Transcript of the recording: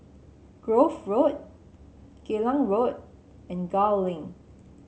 Grove Road Geylang Road and Gul Link